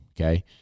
Okay